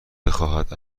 بخواهد